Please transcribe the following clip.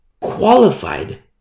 qualified